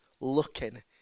looking